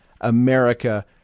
America